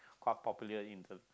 quite popular in the